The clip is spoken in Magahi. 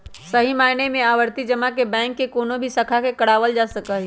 सही मायने में आवर्ती जमा के बैंक के कौनो भी शाखा से करावल जा सका हई